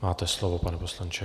Máte slovo, pane poslanče.